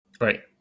Right